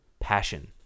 passion